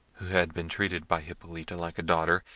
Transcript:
who had been treated by hippolita like a daughter,